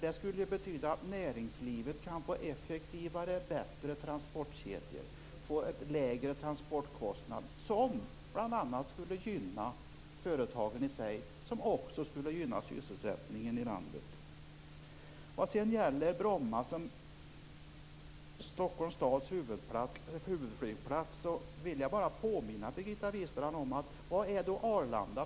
Det skulle ju betyda att näringslivet kan få effektivare och bättre transportkedjor och lägre transportkostnader, vilket bl.a. skulle gynna företagen i sig och även sysselsättningen i landet. Vad är då Arlanda?